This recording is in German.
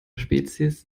spezies